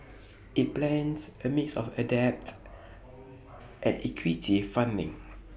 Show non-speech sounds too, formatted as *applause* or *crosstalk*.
IT plans A mix of A debt *noise* and equity funding